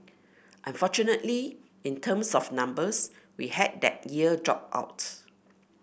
unfortunately in terms of numbers we had that year drop out